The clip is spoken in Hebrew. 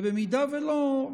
אם לא,